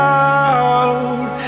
out